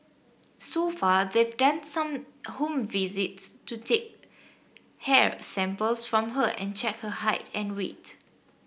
so far they've done some home visits to take hair samples from her and check her height and weight